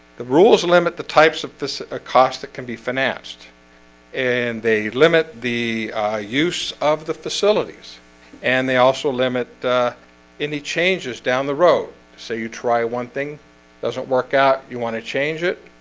the rules limit the types of this ah cost that can be financed and they limit the use of the facilities and they also limit any changes down the road say you try one thing doesn't work out you want to change it?